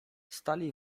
stali